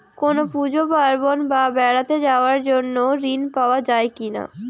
কোনো পুজো পার্বণ বা বেড়াতে যাওয়ার জন্য ঋণ পাওয়া যায় কিনা?